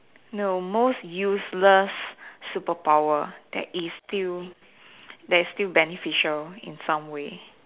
no most useless superpower that is still that is still beneficial in some way